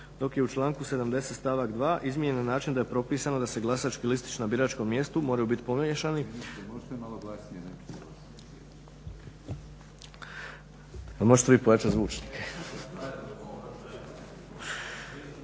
dok je u članku 70. stavak 2. izmijenjeno na način da je propisano da glasački listići na biračkom mjestu moraju biti pomiješani … /Upadica: